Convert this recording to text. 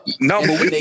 No